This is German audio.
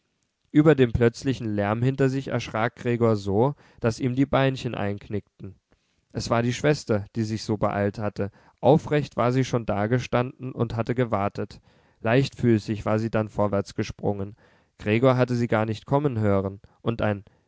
über den plötzlichen lärm hinter sich erschrak gregor so daß ihm die beinchen einknickten es war die schwester die sich so beeilt hatte aufrecht war sie schon da gestanden und hatte gewartet leichtfüßig war sie dann vorwärtsgesprungen gregor hatte sie gar nicht kommen hören und ein